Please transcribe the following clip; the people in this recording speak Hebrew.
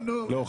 לא,